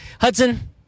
Hudson